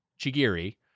Chigiri